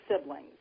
siblings